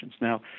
Now